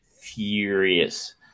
furious